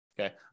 okay